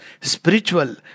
spiritual